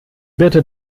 birte